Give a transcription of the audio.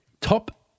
Top